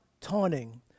taunting